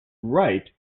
right